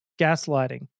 gaslighting